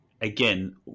again